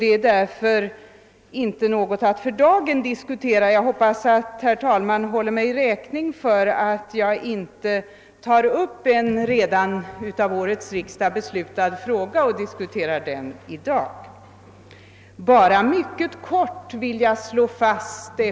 Detta är därför inte någonting vi behöver diskutera i dag. Jag hoppas att herr talmannen håller mig räkning för att jag inte i dag tar upp till diskussion en fråga som riksdagen i år redan har fattat beslut om.